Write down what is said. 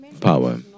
power